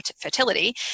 fertility